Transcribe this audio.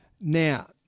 Now